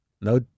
no